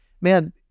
man